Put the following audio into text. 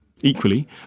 Equally